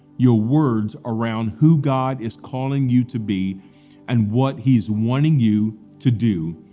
your words around who god is calling you to be and what he's wanting you to do,